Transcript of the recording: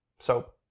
so,